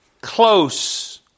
close